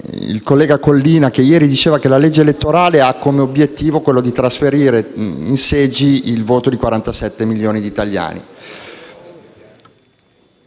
il collega Collina che ieri ha affermato che la legge elettorale ha l'obiettivo di trasferire in seggi il voto di 47 milioni di italiani